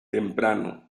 temprano